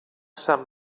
sant